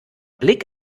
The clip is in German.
blick